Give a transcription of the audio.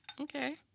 Okay